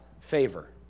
favor